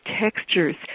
textures